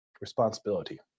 responsibility